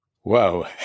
Whoa